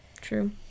true